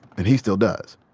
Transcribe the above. and he still does.